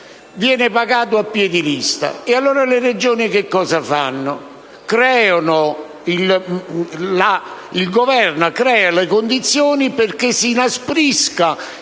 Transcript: viene pagato a pie' di lista. Allora le Regioni cosa fanno? Il Governo crea le condizioni perché si inaspriscano